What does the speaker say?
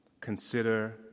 Consider